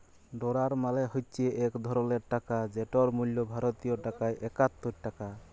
dollar মালে হছে ইক ধরলের টাকা যেটর মূল্য ভারতীয় টাকায় একাত্তর টাকা